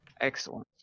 Excellent